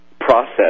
process